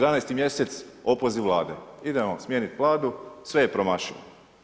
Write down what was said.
11 mjesec opoziv Vlade, idemo smijeniti Vladu, sve je promašeno.